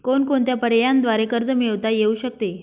कोणकोणत्या पर्यायांद्वारे कर्ज मिळविता येऊ शकते?